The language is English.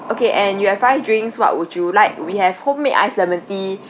okay and you have five drinks what would you like we have homemade ice lemon tea